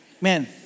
man